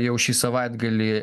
jau šį savaitgalį